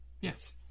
yes